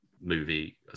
movie